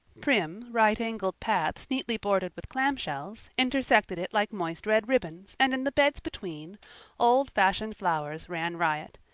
prim, right-angled paths neatly bordered with clamshells, intersected it like moist red ribbons and in the beds between old-fashioned flowers ran riot.